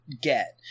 get